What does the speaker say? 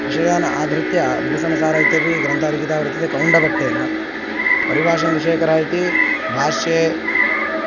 विषयान् आधृत्य भूषणसारः इत्यपि ग्रन्थः लिखितः वर्तते कौण्डभट्टेन परिभाषेन्दुशेखरः इति भाष्ये